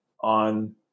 On